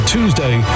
Tuesday